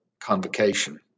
convocation